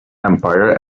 empire